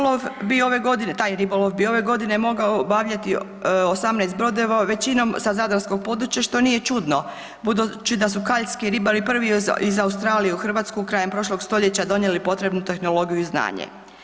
Taj ribolov bi ove godine mogao obavljati 18 brodova, većinom sa zadarskog područja što nije čudno, budući da su kaljski ribari prvi iz Australije u Hrvatsku krajem prošlog stoljeća donijeli potrebnu tehnologiju i znanje.